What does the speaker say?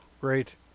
great